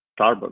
starbucks